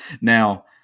Now –